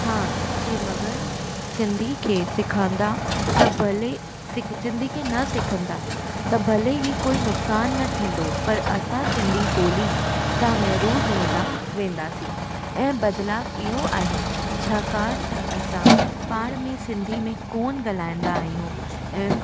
हा जे मगर सिंधी खे सिखंदा त भले सि सिंधी खे न सिखंदा त भले ई कोई नुकसानु न थींदो पर असां सिंधी ॿोली सां महररूस रहंदा वेंदासी ऐं बदलाव इहो आहे छाकाणि त असां पाण में सिंधी में कोन ॻाल्हाईंदा आहियूं ऐं